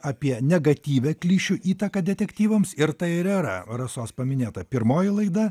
apie negatyvią klišių įtaką detektyvams ir tai ir yra rasos paminėta pirmoji laida